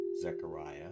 Zechariah